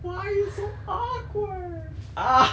why are you so awkward ah